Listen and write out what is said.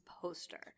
poster